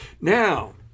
Now